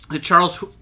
Charles